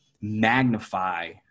magnify